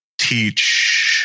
teach